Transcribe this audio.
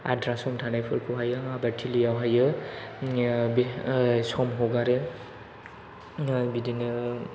आद्रा सम थानायफोरखौहाय आं आबादथिलियावहाय सम हगारो बिदिनो